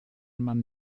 man